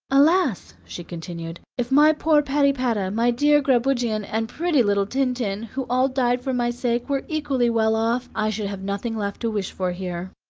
alas! she continued, if my poor patypata, my dear grabugeon, and pretty little tintin, who all died for my sake, were equally well off, i should have nothing left to wish for here!